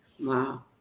Wow